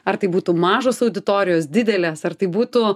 ar tai būtų mažos auditorijos didelės ar tai būtų